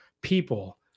people